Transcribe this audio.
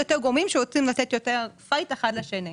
יותר גורמים ירצו לתת פייט אחד לשני.